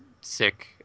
sick